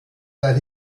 that